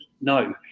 no